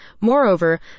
Moreover